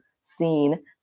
seen